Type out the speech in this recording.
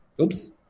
Oops